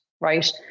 right